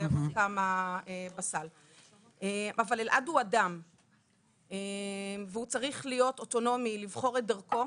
אבל אלעד הוא אדם וצריך להיות אוטונומי לבחור את דרכו,